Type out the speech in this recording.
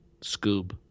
Scoob